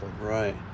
right